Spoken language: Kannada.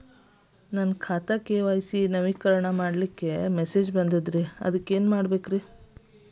ನನ್ನ ಖಾತೆಯ ಕೆ.ವೈ.ಸಿ ನವೇಕರಣ ಮಾಡಲು ಮೆಸೇಜ್ ಬಂದದ್ರಿ ಏನ್ ಮಾಡ್ಬೇಕ್ರಿ?